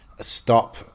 stop